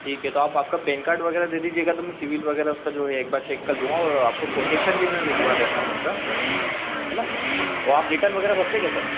ठीक है तो आप आपका पेन कार्ड वगैरह दे दीजिएगा तो मैं सिबिल वगैरह उसका जो है एक बार चेक कर लूँगा और आपको कोटेशन भी मैं भिजवा देता हूँ उसका है ना वो आप रिटर्न वगैरह भरते क्या सर